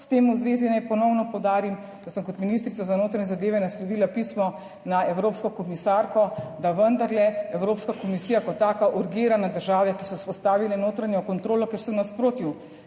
S tem v zvezi naj ponovno poudarim, da sem kot ministrica za notranje zadeve naslovila pismo na evropsko komisarko, da vendarle Evropska komisija kot taka urgira na države, ki so vzpostavile notranjo kontrolo, ker so v nasprotju